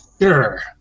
Sure